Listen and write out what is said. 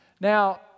Now